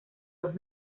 dos